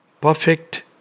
Perfect